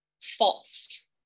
false